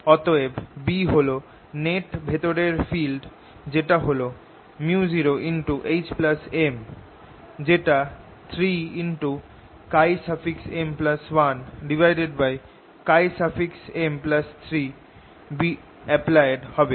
অতএব B হল net ভেতরের ফিল্ড যেটা হল µ0HM যেটা 3M1M3Bapplied হবে